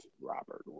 Robert